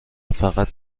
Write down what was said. فقط